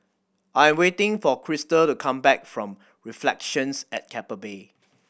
I am waiting for Krystal to come back from Reflections at Keppel Bay